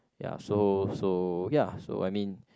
ya so so ya so I mean